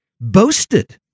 boasted